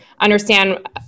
understand